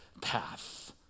path